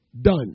done